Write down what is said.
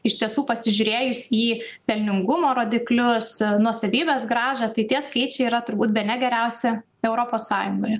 iš tiesų pasižiūrėjus į pelningumo rodiklius nuosavybės grąžą tai tie skaičiai yra turbūt bene geriausi europos sąjungoje